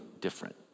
different